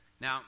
Now